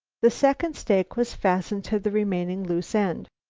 the second stake was fastened to the remaining loose end.